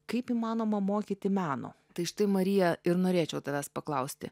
kaip įmanoma mokyti meno tai štai marija ir norėčiau tavęs paklausti